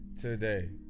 today